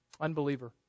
Unbeliever